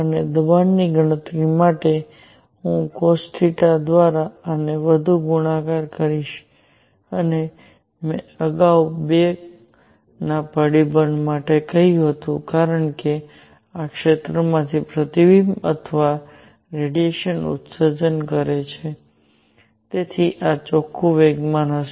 અને દબાણની ગણતરી માટે હું cosθ દ્વારા આને વધુ ગુણાકાર કરીશ અને મેં અગાઉ બેના પરિબળ કહ્યું હતું કારણ કે આ ક્ષેત્રમાંથી પ્રતિબિંબ અથવા રેડિયેશન ઉત્સર્જન કરે છે તેથી આ ચોખ્ખું વેગમાન હશે